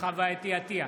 חוה אתי עטייה,